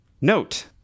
note